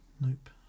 Nope